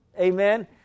Amen